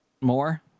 more